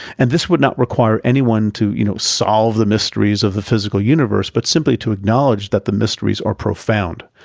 and this would not require anyone to, you know, solve the mysteries of the physical universe, but simply to acknowledge that the mysteries are profound,